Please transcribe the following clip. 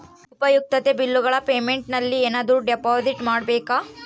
ಉಪಯುಕ್ತತೆ ಬಿಲ್ಲುಗಳ ಪೇಮೆಂಟ್ ನಲ್ಲಿ ಏನಾದರೂ ಡಿಪಾಸಿಟ್ ಮಾಡಬೇಕಾ?